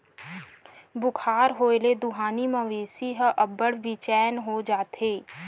बुखार होए ले दुहानी मवेशी ह अब्बड़ बेचैन हो जाथे